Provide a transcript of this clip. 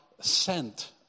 sent